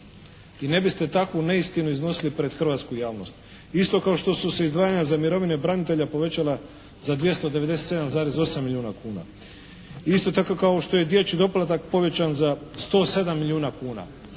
I ne biste takvu neistinu iznosili pred hrvatsku javnost. Isto kao što su se izdvajanja za mirovine branitelja povećale za 297,8 milijuna kuna. Isto dakle kao što je dječji doplatak povećan za 107 milijuna kuna.